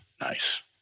Nice